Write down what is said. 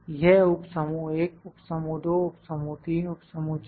यह उप समूह 1 उप समूह 2 उप समूह 3 उप समूह 4